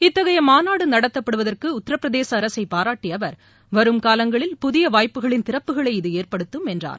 இத்தகைய மாநாடு நடத்தப்படுவதற்கு உத்திரபிரதேச அரசை பாராட்டிய அவா் வரும் காலங்களில் புதிய வாய்ப்புகளின் திறப்புகளை இது ஏற்படுத்தும் என்றார்